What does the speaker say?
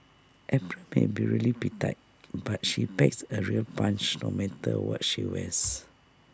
April may be really petite but she packs A real punch no matter what she wears